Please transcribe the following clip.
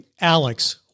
Alex